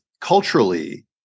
culturally